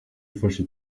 ifashe